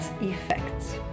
effects